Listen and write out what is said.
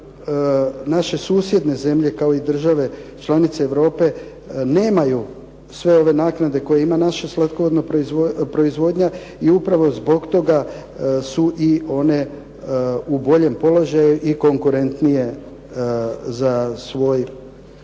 naše susjedne zemlje kao i države članice Europe nemaju sve ove naknade koje ima naša slatkovodna proizvodnja i upravo zbog toga su i one u boljem položaju i konkurentnije u toj